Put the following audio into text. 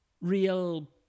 real